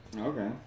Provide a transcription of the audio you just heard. okay